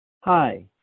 Hi